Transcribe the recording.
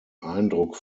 eindruck